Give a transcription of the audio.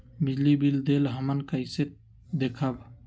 बिजली बिल देल हमन कईसे देखब?